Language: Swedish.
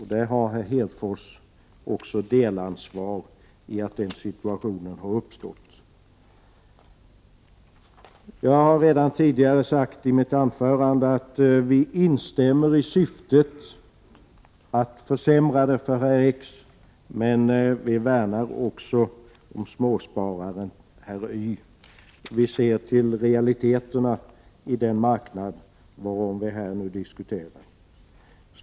Herr Hedfors är delansvarig för att den situationen har uppstått. I mitt anförande sade jag att vi instämmer i syftet att försämra det för herr X, men vi värnar också om småspararen herr Y. Vi ser till realiteterna i den marknad om vilken vi nu diskuterar.